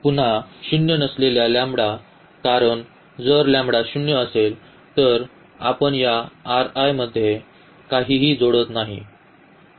पुन्हा शून्य नसलेल्या लंबडा कारण जर लॅम्बडा 0 असेल तर आपण या मध्ये काहीही जोडत नाही